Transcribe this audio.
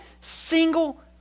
single